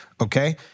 okay